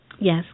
Yes